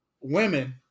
women